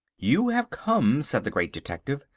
you have come, said the great detective,